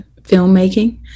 filmmaking